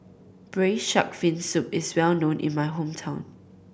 Braised Shark Fin Soup is well known in my hometown